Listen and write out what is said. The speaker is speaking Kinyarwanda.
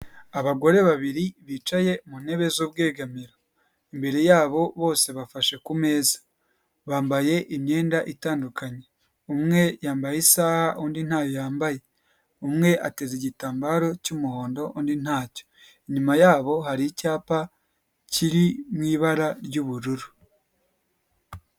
Abagore babiri bicaye mu ntebe z'ubwegamiro, imbere yabo bose bafashe ku meza, bambaye imyenda itandukanye. Umwe yambaye isaha, undi ntayo yambaye, umwe ateze igitambaro cy'umuhondo, undi ntacyo, inyuma yabo hari icyapa kiri mu ibara ry'ubururu.